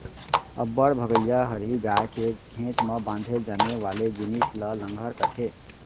अब्बड़ भगइया हरही गाय के घेंच म बांधे जाने वाले जिनिस ल लहँगर कथें